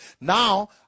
Now